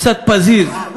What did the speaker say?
קצת פזיז,